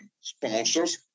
sponsors